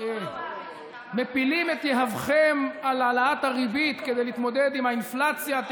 כן מפילים את יהבכם על העלאת הריבית כדי להתמודד עם האינפלציה.